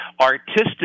artistic